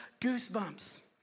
goosebumps